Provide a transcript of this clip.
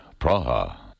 Praha